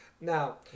now